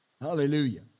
Hallelujah